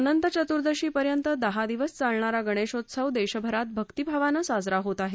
अनंत चतुर्दशी पर्यंत दहा दिवस चालणारा गणेशोत्सव देशभरात भक्तिभावानं साजरा होत आहे